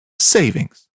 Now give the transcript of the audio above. savings